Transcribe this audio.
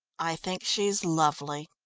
i think she's lovely.